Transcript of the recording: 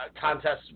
contests